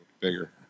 bigger